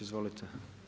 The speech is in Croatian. Izvolite.